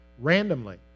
Randomly